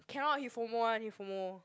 cannot he fomo one he fomo